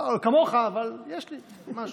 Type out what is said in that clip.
לא כמוך, אבל יש לי משהו.